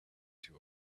too